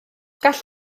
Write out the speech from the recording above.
gall